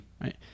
Right